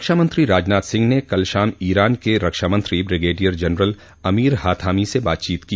रक्षामंत्री राजनाथ सिंह ने कल शाम ईरान के रक्षा मंत्री ब्रिगेडियर जनरल अमीर हाथामी से बातचीत की